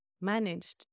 managed